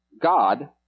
God